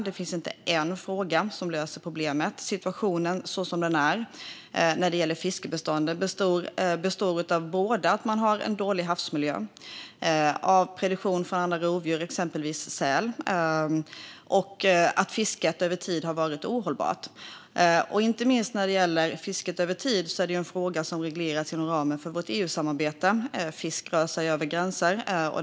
Det finns inte en fråga som löser problemet. Den rådande situationen handlar om dålig havsmiljö, predation av rovdjur, exempelvis säl, och ohållbart fiske. Fisket regleras ju inom ramen för vårt EU-samarbete eftersom fisk rör sig över gränser.